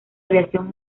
aviación